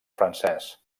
francès